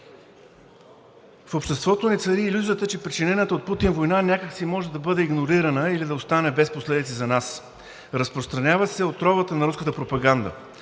В обществото ни цари илюзията, че причинената от Путин война някак си може да бъде игнорирана или да остане без последици за нас. Разпространява се отровата на руската пропаганда,